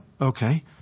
okay